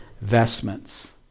vestments